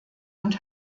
und